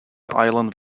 island